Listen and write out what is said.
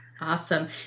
Awesome